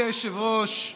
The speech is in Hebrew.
אדוני היושב-ראש,